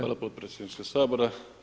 Hvala potpredsjedniče Sabora.